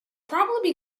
probably